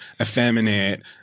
effeminate